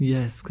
Yes